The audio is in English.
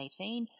2018